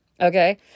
okay